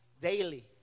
daily